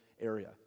area